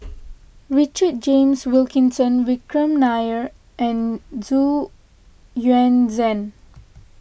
Richard James Wilkinson Vikram Nair and Xu Yuan Zhen